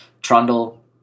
Trundle